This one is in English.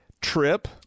trip